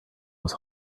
was